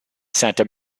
santa